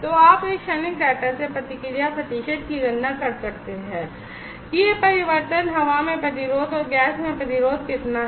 तो आप इस क्षणिक डेटा से प्रतिक्रिया प्रतिशत की गणना कर सकते हैं कि यह परिवर्तन हवा में प्रतिरोध और गैस में प्रतिरोध कितना है